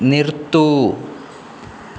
നിർത്തൂ